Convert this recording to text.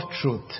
truth